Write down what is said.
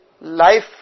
life